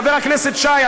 חבר הכנסת שי,